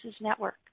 Network